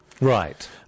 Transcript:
Right